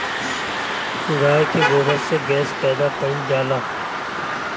गाय के गोबर से गैस पैदा कइल जाला